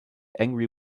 angry